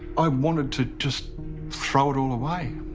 i wanted to just throw it all away.